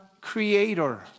creator